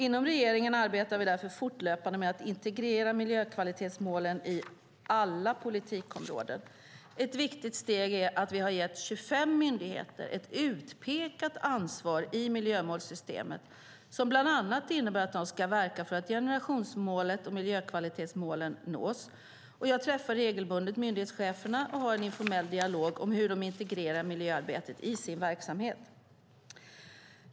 Inom regeringen arbetar vi därför fortlöpande med att integrera miljökvalitetsmålen i alla politikområden. Ett viktigt steg är att vi har gett 25 myndigheter ett utpekat ansvar i miljömålssystemet, som bland annat innebär att de ska verka för att generationsmålet och miljökvalitetsmålen nås. Jag träffar regelbundet myndighetscheferna och har en informell dialog om hur de integrerar miljöarbetet i sin verksamhet.